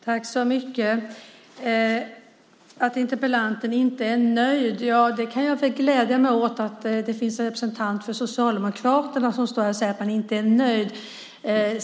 Fru talman! Interpellanten är inte nöjd. Ja, jag kan glädja mig åt att det finns en representant för Socialdemokraterna som står här och säger att han inte är nöjd.